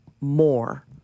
more